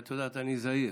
ואת יודעת, אני זהיר,